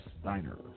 Steiner